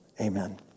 Amen